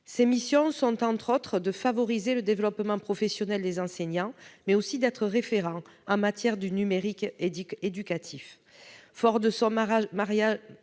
Ses missions sont notamment de favoriser le développement professionnel des enseignants, mais aussi d'être référent en matière de numérique éducatif. Les acteurs